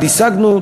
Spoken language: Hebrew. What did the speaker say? השגנו,